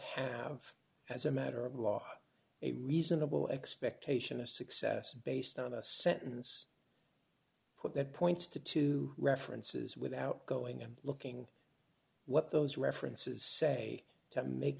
have as a matter of law a reasonable expectation of success based on a sentence put that points to two references without going and looking what those references say to make